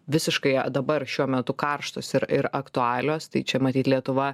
visiškai dabar šiuo metu karštos ir ir aktualios tai čia matyt lietuva